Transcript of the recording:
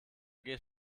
geht